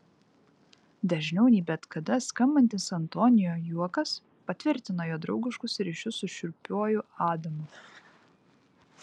dažniau nei bet kada skambantis antonio juokas patvirtina jo draugiškus ryšius su šiurpiuoju adamu